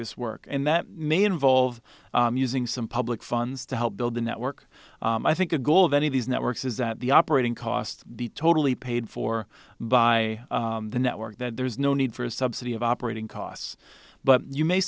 this work and that may involve using some public funds to help build the network i think the goal of any of these networks is that the operating cost be totally paid for by the network that there's no need for a subsidy of operating costs but you may